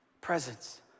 presence